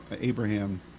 Abraham